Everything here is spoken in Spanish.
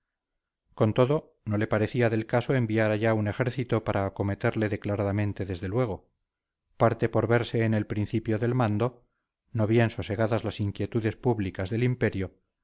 con todo no le parecía del caso enviar allá un ejército para acometerle declaradamente desde luego parte por verse en el principio del mando no bien sosegadas las inquietudes públicas del imperio